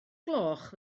gloch